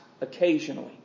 occasionally